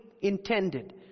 intended